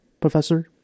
Professor